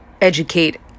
educate